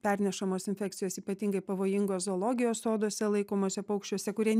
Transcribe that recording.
pernešamos infekcijos ypatingai pavojingos zoologijos soduose laikomuose paukščiuose kurie